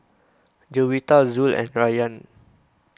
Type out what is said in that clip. Juwita Zul and Rayyan